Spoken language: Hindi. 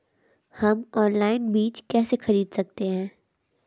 हम ऑनलाइन बीज कैसे खरीद सकते हैं?